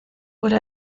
wurde